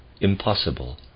impossible